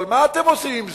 אבל מה אתם עושים עם זה?